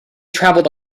traveled